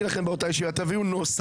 באותה ישיבה ביקשתי מכם להביא נוסח.